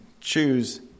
choose